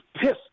pissed